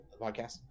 podcast